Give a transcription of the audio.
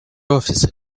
office